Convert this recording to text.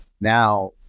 now